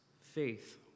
faith